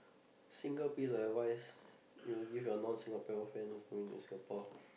single piece of advice you'll give your non Singaporean friend who's just coming to Singapore